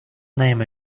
name